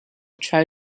try